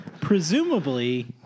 Presumably